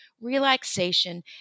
relaxation